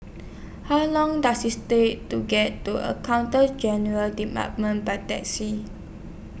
How Long Does IS Take to get to Accountant General's department By Taxi